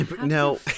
No